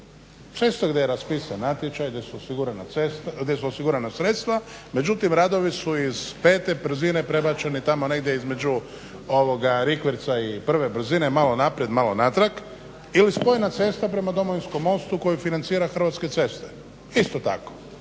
cesta gdje je raspisan natječaj, gdje su osigurana sredstva. Međutim, radovi su iz 5 brzine prebačeni tamo negdje između rikverca i prve brzine malo naprijed, malo natrag ili spojena cesta prema Domovinskom mostu koju financira Hrvatske ceste. Isto tako